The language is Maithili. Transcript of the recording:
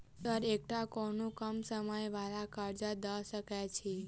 सर एकटा कोनो कम समय वला कर्जा दऽ सकै छी?